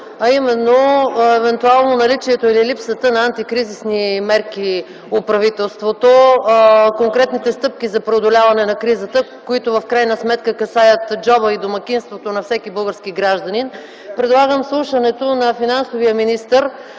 а именно евентуално наличието или липсата на антикризисни мерки у правителството и конкретните стъпки за преодоляване на кризата, които в крайна сметка касаят джоба и домакинството на всеки български гражданин, предлагам изслушването на финансовия министър,